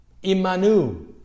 Immanuel